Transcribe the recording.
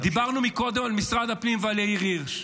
דיברנו קודם על משרד הפנים ועל יאיר הירש.